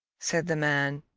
said the man,